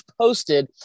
posted